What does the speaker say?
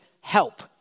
help